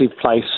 place